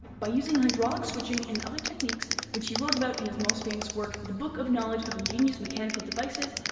by using hydraulic switching and other techniques which he wrote about in his most famous work, the book of knowledge of ingenious mechanical devices,